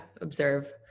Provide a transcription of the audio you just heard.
observe